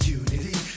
unity